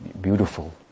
beautiful